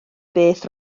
beth